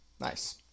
Nice